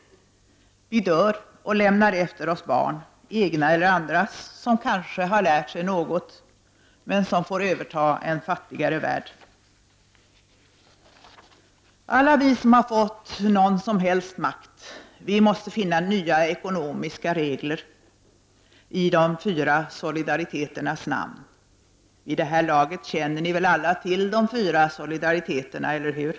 Vi dör — och lämnar efter oss barn, egna eller andras, som kanske har lärt sig något, men som får överta en fattigare värld. Alla vi som har fått någon som helst makt måste finna nya ekonomiska regler i de fyra solidariteternas namn. Vid det här laget känner ni väl alla till de fyra solidariteterna, eller hur?